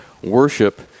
worship